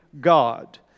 God